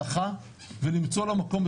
לקראת סוף סמינר א'